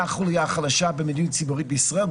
החוליה החלשה במדיניות ציבורית בישראל,